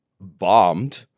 bombed